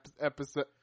episode